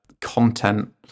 content